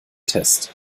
test